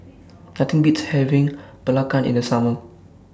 Nothing Beats having Belacan in The Summer